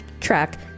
track